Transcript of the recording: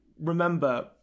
Remember